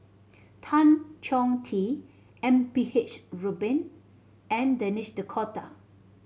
Tan Chong Tee M P H Rubin and Denis D'Cotta